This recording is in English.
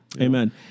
Amen